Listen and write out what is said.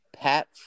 Pat